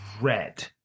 red